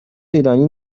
ایرانی